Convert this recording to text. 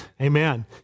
amen